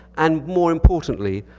and more importantly,